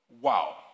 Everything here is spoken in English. Wow